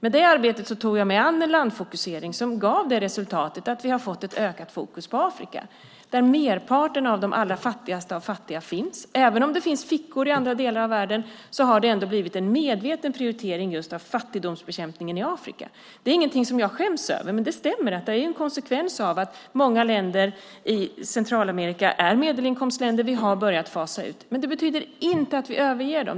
I det arbetet tog jag mig an en landfokusering som gav det resultatet att vi har fått ett ökat fokus på Afrika där merparten av de allra fattigaste fattiga finns. Även om det finns fickor i andra delar av världen har det ändå blivit en medveten prioritering just av fattigdomsbekämpningen i Afrika. Det är ingenting som jag skäms över, men det stämmer att det är en konsekvens av att många länder i Centralamerika är medelinkomstländer, och vi har börjat fasa ut. Men det betyder inte att vi överger dem.